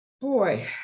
Boy